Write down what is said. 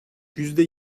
yüzde